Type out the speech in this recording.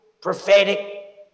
prophetic